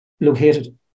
located